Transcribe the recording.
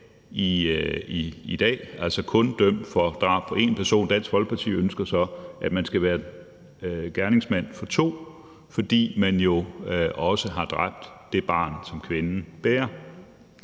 i dag, altså kun dømt for drab på én person. Dansk Folkeparti ønsker så, at man skal være gerningsmand for to, fordi man jo også har dræbt det barn, som kvinden bærer.